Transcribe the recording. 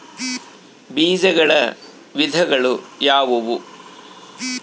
ಬೇಜಗಳ ವಿಧಗಳು ಯಾವುವು?